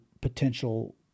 potential